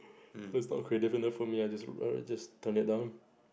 if it's not creative enough for me I just err I just turn it down